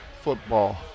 football